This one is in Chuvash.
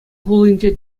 хулинче